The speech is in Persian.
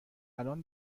الان